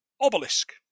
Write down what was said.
obelisk